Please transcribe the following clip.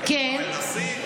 אבל הנשיא,